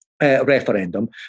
Referendum